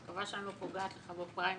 אני מקווה שאני לא פוגעת לך בפריימריז,